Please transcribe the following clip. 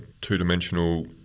two-dimensional